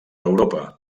europa